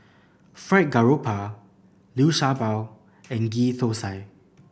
Fried Garoupa Liu Sha Bao and Ghee Thosai